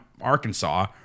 Arkansas